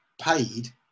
paid